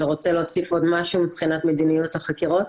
אתה רוצה להוסיף עוד משהו מבחינת מדיניות החקירות?